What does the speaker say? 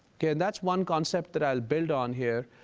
and that's one concept that i'll build on here.